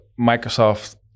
Microsoft